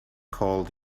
called